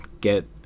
get